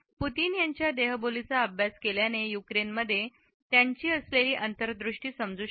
Putin यांच्या देहबोलीचा अभ्यास केल्याने युक्रेन मध्ये त्यांची असलेली अंतर्दृष्टी समजू शकते